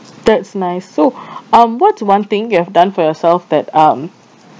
that's nice so um what's the one thing you have done for yourself that um